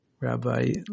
Rabbi